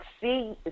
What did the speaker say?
see